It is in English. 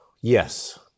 Yes